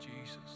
Jesus